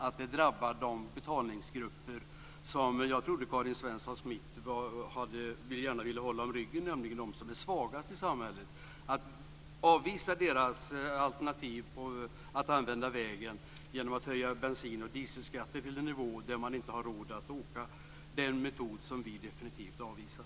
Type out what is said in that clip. Att höja bensin och dieselskatter till en nivå där man inte har råd att åka drabbar de betalningsgrupper som jag trodde Karin Svensson Smith gärna ville hålla om ryggen, nämligen de svagaste i samhället.